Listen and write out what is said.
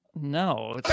No